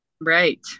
right